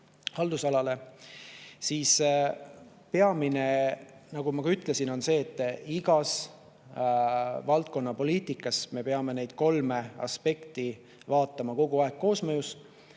haldusalale?" Peamine, nagu ma ka ütlesin, on see, et iga valdkonna poliitikas peame me neid kolme aspekti vaatama kogu aeg koosmõjus.